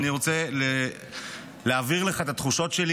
ואני רוצה להעביר לך את התחושות שלי